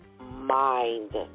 mind